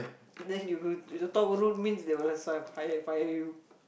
then you you top root means they will have fire fire you